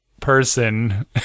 person